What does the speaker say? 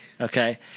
Okay